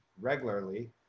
regularly